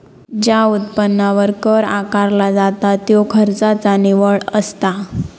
ज्या उत्पन्नावर कर आकारला जाता त्यो खर्चाचा निव्वळ असता